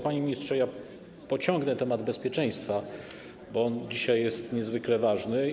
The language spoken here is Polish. Panie ministrze, pociągnę temat bezpieczeństwa, bo on dzisiaj jest niezwykle ważny.